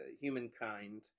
humankind